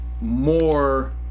more